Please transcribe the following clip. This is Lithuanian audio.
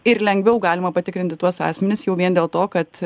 ir lengviau galima patikrinti tuos asmenis jau vien dėl to kad